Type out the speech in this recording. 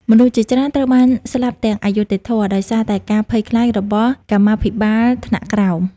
មនុស្សជាច្រើនត្រូវបានស្លាប់ទាំងអយុត្តិធម៌ ដោយសារតែការភ័យខ្លាចរបស់កម្មាភិបាលថ្នាក់ក្រោម។